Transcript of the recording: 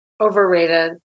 overrated